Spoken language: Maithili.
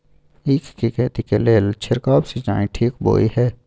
ईख के खेती के लेल छिरकाव सिंचाई ठीक बोय ह?